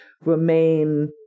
remain